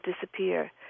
disappear